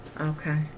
Okay